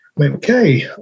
okay